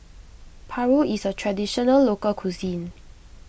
Paru is a Traditional Local Cuisine